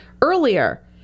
earlier